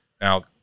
Now